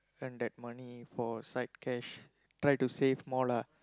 and that money for side cash try to save more lah